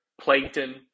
Plankton